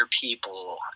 people